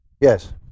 Yes